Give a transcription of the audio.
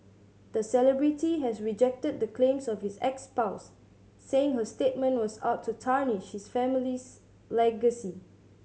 the celebrity has rejected the claims of his ex spouse saying her statement was out to tarnish his family's legacy